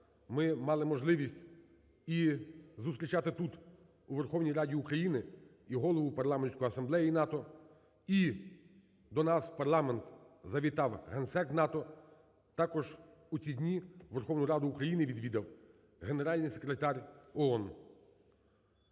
ми мали можливість і зустрічати тут, у Верховній Раді України, і голову Парламентської асамблеї НАТО, і до нас в парламент завітав Генсек НАТО, також у ці дні Верховну Раду України відвідав Генеральний секретар ООН.